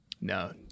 No